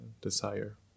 desire